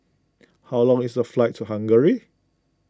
how long is the flight to Hungary